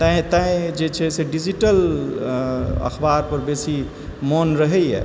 तैँ तैँ जे छै डिजिटल अखबारपर बेशी मोन रहैए